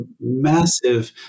massive